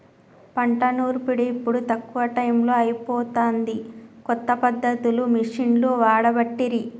పంట నూర్పిడి ఇప్పుడు తక్కువ టైములో అయిపోతాంది, కొత్త పద్ధతులు మిషిండ్లు వాడబట్టిరి